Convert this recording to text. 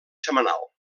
setmanal